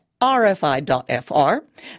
rfi.fr